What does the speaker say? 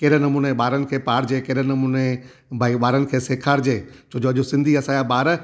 कहिड़े नमूने ॿारनि खे पाढ़िजे कहिड़े नमूने भाई ॿारनि खे सेखारिजे छो जो अॼु सिंधी असांजा ॿार